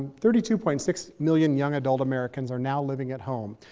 thirty two point six million young adult americans are now living at home.